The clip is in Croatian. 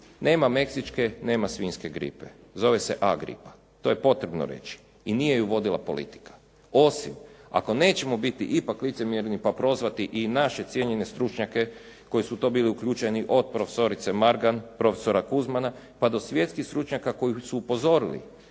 Nema meksičke, nema svinjske gripe. Zove se A gripa to je potrebno reći i nije ju vodila politika osim ako nećemo biti ipak licemjerni, pa prozvati i naše cijenjene stručnjake koji su u to bili uključeni od prof. Margan, prof. Kuzmana, pa do svjetskih stručnjaka koji su upozorili